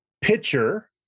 pitcher